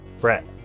Brett